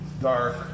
dark